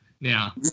now